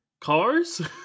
cars